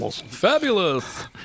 Fabulous